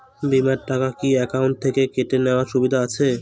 বিমার টাকা কি অ্যাকাউন্ট থেকে কেটে নেওয়ার সুবিধা আছে?